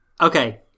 Okay